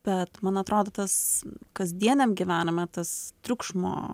bet man atrodo tas kasdieniam gyvenime tas triukšmo